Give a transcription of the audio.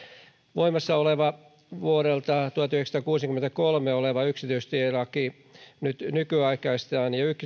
voimassa oleva vuodelta tuhatyhdeksänsataakuusikymmentäkolme oleva yksityistielaki nyt nykyaikaistetaan ja